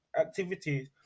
activities